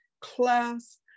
Class